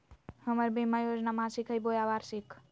हमर बीमा योजना मासिक हई बोया वार्षिक?